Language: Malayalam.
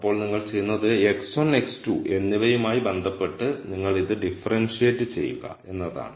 അപ്പോൾ നിങ്ങൾ ചെയ്യുന്നത് x1 x2 എന്നിവയുമായി ബന്ധപ്പെട്ട് നിങ്ങൾ ഇത് ഡിഫറെൻഷിയേറ്റ് ചെയ്യുക എന്നതാണ്